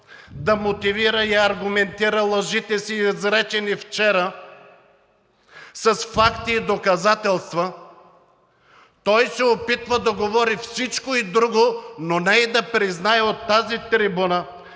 да мотивира и аргументира лъжите си, изречени вчера, с факти и доказателства, той се опитва да говори всичко друго, но не и да признае от тази трибуна,